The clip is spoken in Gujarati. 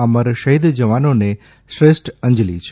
અમર શહીદ જવાનોને શ્રેષ્ઠ અંજલી છે